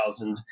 2000